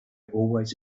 always